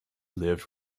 lived